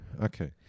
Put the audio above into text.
Okay